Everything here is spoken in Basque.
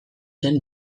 zen